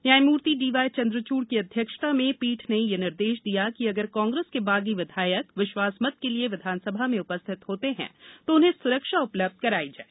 न्यायमूर्ति D Y Chandrachud की अध्यक्षता में पीठ ने यह भी निर्देश दिया कि अगर कांग्रेस के बागी विधायक विश्वासमत के लिए विधानसभा में उपस्थित होते हैं तो उन्हें सुरक्षा उपलब्ध करायी जाए